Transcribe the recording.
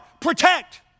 protect